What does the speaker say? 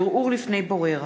ערעור לפני בורר),